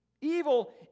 Evil